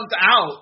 out